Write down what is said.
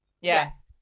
Yes